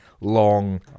long